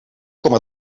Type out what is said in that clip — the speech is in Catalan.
coma